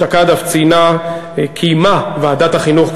אשתקד אף קיימה ועדת החינוך,